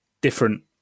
different